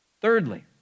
Thirdly